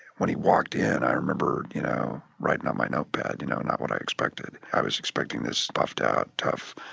when he walked in, i remember, you know, writing on my notepad, you know, not what i expected. i was expecting this puffed out, tough,